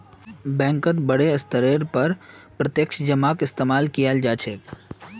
बैंकत बडे स्तरेर पर प्रत्यक्ष जमाक इस्तेमाल कियाल जा छे